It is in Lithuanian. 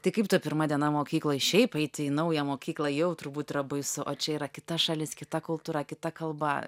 tai kaip ta pirma diena mokykloj šiaip eit į naują mokyklą jau turbūt yra baisu o čia yra kita šalis kita kultūra kita kalba